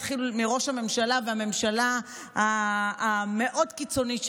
הוא מתחיל מראש הממשלה והממשלה המאוד-קיצונית שלו,